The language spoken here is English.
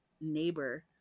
neighbor